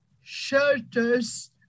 shelters